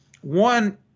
One